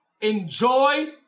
Enjoy